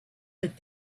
that